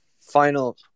final